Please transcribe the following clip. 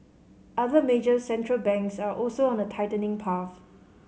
other major Central Banks are also on a tightening path